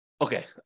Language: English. Okay